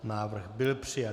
Návrh byl přijat.